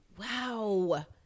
Wow